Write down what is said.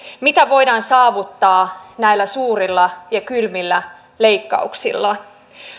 mitä voidaan saavuttaa näillä suurilla ja kylmillä leikkauksilla